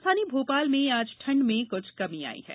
राजधानी भोपाल में आज ठंड में कुछ कमी आई है